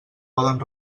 poden